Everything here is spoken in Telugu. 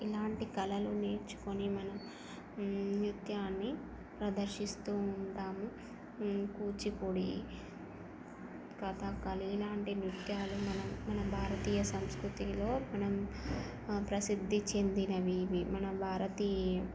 ఇలాంటి కళలు నేర్చుకొని మనం నృత్యాన్ని ప్రదర్శిస్తూ ఉంటాము కూచిపూడి కథాకళి ఇలాంటి నృత్యాలు మనం మన భారతీయ సంస్కృతిలో మనం ప్రసిద్ధి చెందినవి ఇవి మన భారతీయం